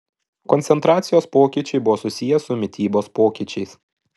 koncentracijos pokyčiai buvo susiję su mitybos pokyčiais